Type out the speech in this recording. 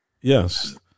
Yes